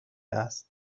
است